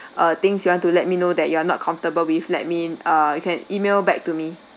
uh things you want to let me know that you are not comfortable with let me uh you can email back to me